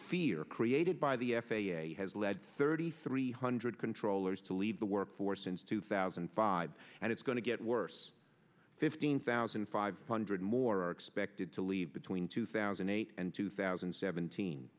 fear created by the f a a has led thirty three hundred controllers to leave the workforce since two thousand and five and it's going to get worse fifteen thousand five hundred more are expected to leave between two thousand and eight and two thousand and seventeen